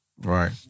Right